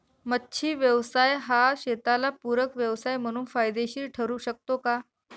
मच्छी व्यवसाय हा शेताला पूरक व्यवसाय म्हणून फायदेशीर ठरु शकतो का?